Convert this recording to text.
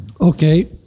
Okay